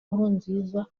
nkurunziza